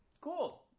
cool